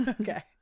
Okay